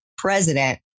President